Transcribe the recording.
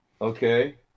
Okay